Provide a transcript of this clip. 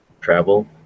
travel